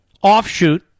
offshoot